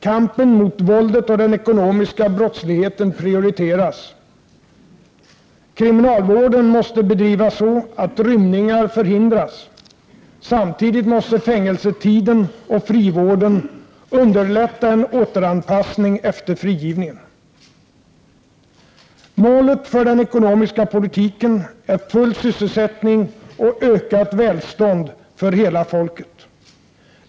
Kampen mot våldet och den ekonomiska brottsligheten prioriteras. Kriminalvården måste bedrivas så, att rymningar förhindras. Samtidigt måste fängelsetiden och frivården underlätta en återanpassning efter frigivningen. Målet för den ekonomiska politiken är full sysselsättning och ökat välstånd för hela folket.